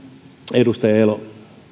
edustaja elo